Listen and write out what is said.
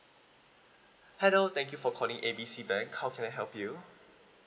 hello thank you for calling A B C bank how can I help you